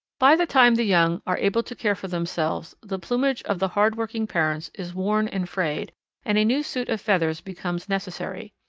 by the time the young are able to care for themselves the plumage of the hard-working parents is worn and frayed and a new suit of feathers becomes necessary.